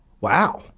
Wow